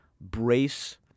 brace